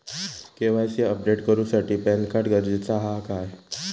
KYC update करूसाठी PAN card गरजेचा हा काय?